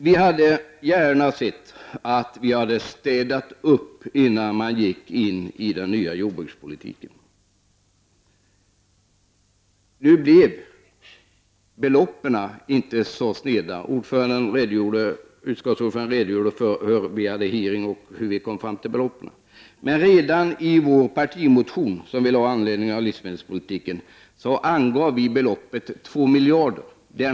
Vi hade gärna sett att det hade städats upp innan man gick in i den nya jordbrukspolitiken. Beloppen blev nu inte så sneda. Ordföranden redogjorde för den utfrågning som vi hade i våras och hur beloppen har räknats fram. Men redan i vår partimotion om livsmedelspolitiken angav vi beloppet 2 miljarder kronor.